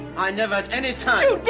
i never at any time.